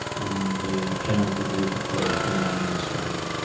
and the parent would be allowed to remain in australia.